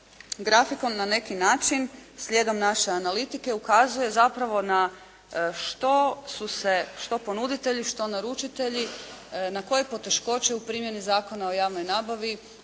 grafikon na neki način slijedom naše analitike ukazuje zapravo na što su se što ponuditelji, što naručitelji, na koje poteškoće u primjeni Zakona o javnoj nabavi